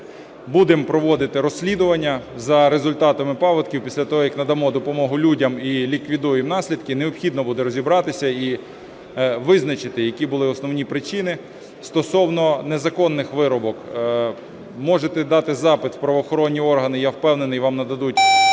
будемо проводити розслідування за результатами паводків після того, як надамо допомогу людям і ліквідуємо наслідки. Необхідно буде розібратися і визначити, які були основні причини стосовно незаконних вирубок. Можете дати запит у правоохоронні органи, я впевнений, вам нададуть